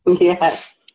Yes